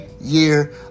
year